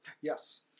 Yes